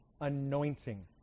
anointing